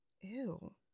Ew